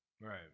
Right